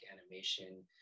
animation